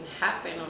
happen